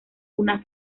una